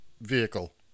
vehicle